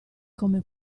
come